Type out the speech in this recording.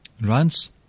Runs